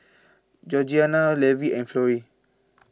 Georgianna Levi and Florrie